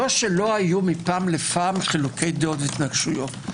לא שלא היו מפעם לפעם חילוקי דעות והתנגשויות.